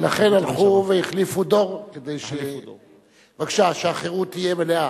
ולכן הלכו והחליפו דור, כדי שהחירות תהיה מלאה.